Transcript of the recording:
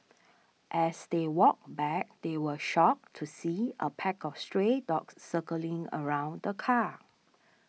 as they walked back they were shocked to see a pack of stray dogs circling around the car